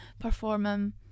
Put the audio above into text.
performing